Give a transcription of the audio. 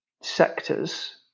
sectors